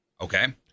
Okay